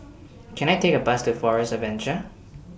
Can I Take A Bus to Forest Adventure